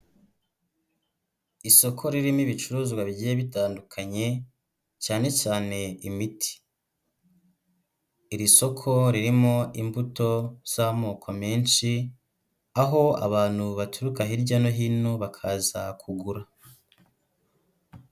Isoko ririmo ibicuruzwa bigiye bitandukanye cyane cyane imiti, iri soko ririmo imbuto z'amoko menshi aho abantu baturuka hirya no hino bakaza kugura.